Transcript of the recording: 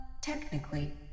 technically